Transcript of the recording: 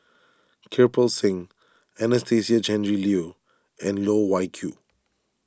Kirpal Singh Anastasia Tjendri Liew and Loh Wai Kiew